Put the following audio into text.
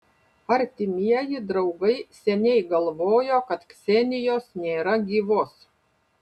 artimieji draugai seniai galvojo kad ksenijos nėra gyvos